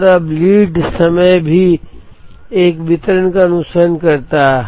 और अब लीड समय भी एक वितरण का अनुसरण करता है